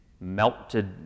melted